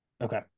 Okay